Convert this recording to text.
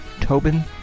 Tobin